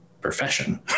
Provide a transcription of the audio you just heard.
profession